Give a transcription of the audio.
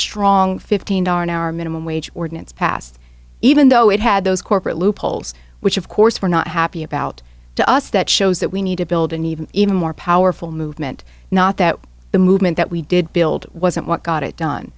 strong fifteen dollar an hour minimum wage ordinance passed even though it had those corporate loopholes which of course were not happy about to us that shows that we need to build an even even more powerful movement not that the movement that we did build wasn't what got it done